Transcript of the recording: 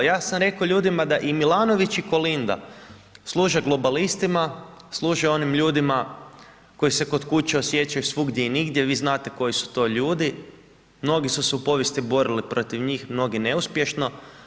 Ja sam rekao ljudima da i Milanović i Kolinda službe globalistima, služe onim ljudima koji se kod kuće osjećaju svugdje i nigdje, vi znate koji su to ljudi, mnogi su se u povijesti borili protiv njih, mnogi neuspješno.